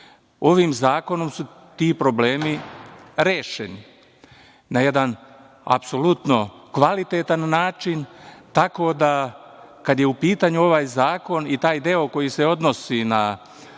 zakonom su ti problemi rešeni na jedan apsolutno kvalitetan način tako da kada je u pitanju ovaj zakon i taj deo koji se odnosi na